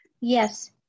Yes